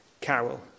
carol